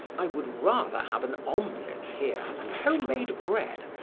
i would rather have an omelette here and home-made bread,